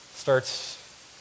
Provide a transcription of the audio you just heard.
starts